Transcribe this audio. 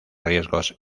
riesgos